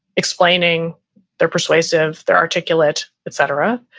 explaining their persuasive, they're articulate, et cetera.